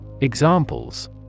Examples